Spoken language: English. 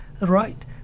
Right